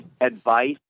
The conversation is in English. advice